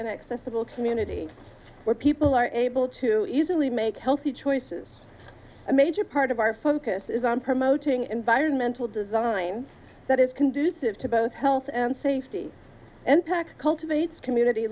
and accessible community where people are able to easily make healthy choices a major part of our focus is on promoting environmental design that is conducive to both health and safety and packs cultivates community